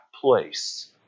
place